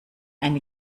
eine